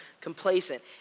complacent